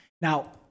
Now